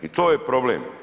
I to je problem.